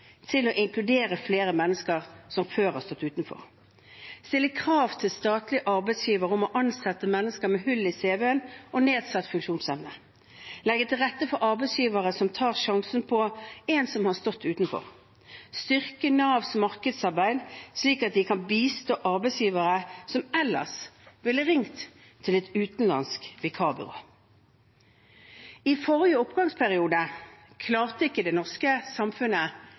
til å inkludere flere mennesker som før har stått utenfor, stille krav til statlige arbeidsgivere om å ansette mennesker med hull i cv-en eller med nedsatt funksjonsevne, legge til rette for arbeidsgivere som tar sjansen på en som har stått utenfor, styrke Navs markedsarbeid, slik at de kan bistå arbeidsgivere som ellers ville ringt til et utenlandsk vikarbyrå. I forrige oppgangsperiode klarte ikke det norske samfunnet